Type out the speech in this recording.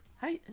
Hi